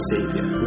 Savior